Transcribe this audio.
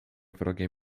wrogie